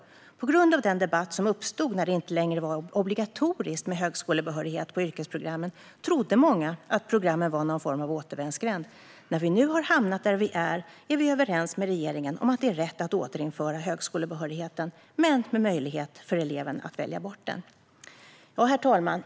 På grund av den debatt som uppstod när det inte längre var obligatoriskt med högskolebehörighet på yrkesprogrammen trodde många att programmen var någon form av återvändsgränd. När vi nu hamnat där är vi överens med regeringen om att det är rätt att återinföra högskolebehörigheten - men med möjlighet för eleven att välja bort den." Herr talman!